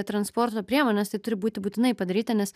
transporto priemonės tai turi būti būtinai padaryta nes